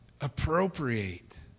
appropriate